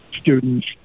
students